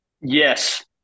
Yes